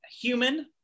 human